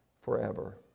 forever